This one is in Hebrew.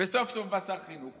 וסוף-סוף בא שר חינוך